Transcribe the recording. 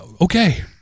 okay